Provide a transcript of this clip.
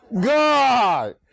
God